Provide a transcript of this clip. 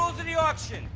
ah the the auction.